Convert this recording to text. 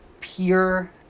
pure